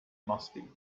musty